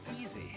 easy